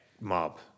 mob